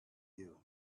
you